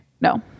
No